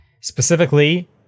Specifically